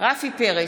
רפי פרץ,